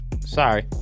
Sorry